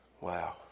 wow